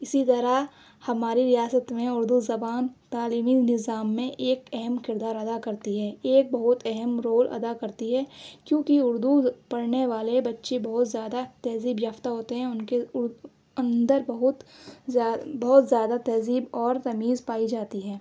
اِسی طرح ہماری ریاست میں اُردو زبان تعلیمی نظام میں ایک اہم کردار ادا کرتی ہے ایک بہت اہم رول ادا کرتی ہے کیوںکہ اُردو پڑھنے والے بچے بہت زیادہ تہذیب یافتہ ہوتے ہیں اُن کے اُردو اندر بہت بہت زیادہ تہذیب اور تمیز پائی جاتی ہے